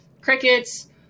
crickets